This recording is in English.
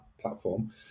platform